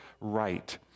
right